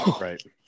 Right